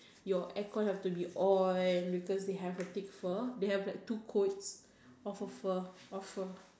your air con have to be on because they have a thick fur they have like two coats of a fur of fur